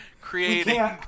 creating